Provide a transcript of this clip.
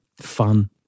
fun